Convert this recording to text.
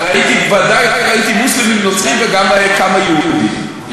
בוודאי ראיתי מוסלמים, נוצרים וגם כמה יהודים.